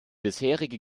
bisherige